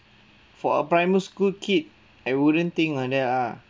for a primary school kid I wouldn't think like that lah